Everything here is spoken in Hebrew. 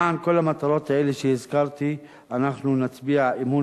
למען כל המטרות האלה שהזכרתי אנחנו נצביע אמון